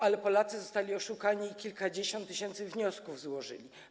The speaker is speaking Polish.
Ale Polacy zostali oszukani i kilkadziesiąt tysięcy wniosków złożyli.